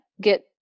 get